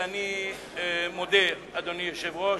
אדוני היושב-ראש,